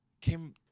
Kim